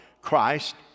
Christ